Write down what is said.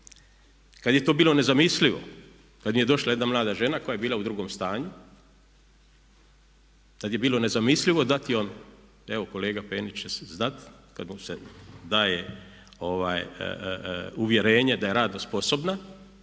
kad je to bilo nezamislivo i tad mi je došla jedna mlada žena koja je bila u drugom stanju i tad je bilo nezamislivo dati joj, evo kolega Penić će znati, kad vam se daje uvjerenje da je radno sposobna.